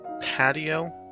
patio